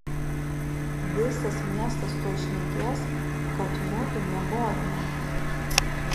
visas miestas tuoj šnekės kad mudu miegojome